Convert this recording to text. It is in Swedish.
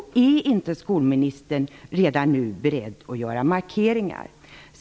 Är inte skolministern redan nu beredd att göra markeringar?